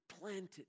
planted